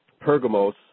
Pergamos